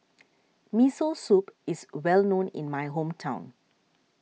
Miso Soup is well known in my hometown